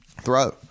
throw